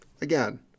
again